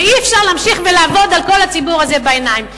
ואי-אפשר להמשיך ולעבוד על כל הציבור הזה בעיניים.